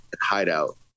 hideout